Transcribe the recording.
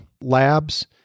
labs